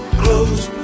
close